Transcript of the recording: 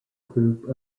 group